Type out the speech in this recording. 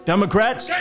Democrats